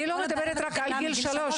אני לא מדברת רק עד גיל שלוש,